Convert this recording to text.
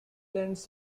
lands